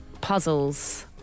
puzzles